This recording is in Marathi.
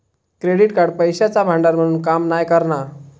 क्रेडिट कार्ड पैशाचा भांडार म्हणून काम नाय करणा